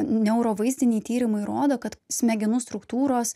neurovaizdiniai tyrimai rodo kad smegenų struktūros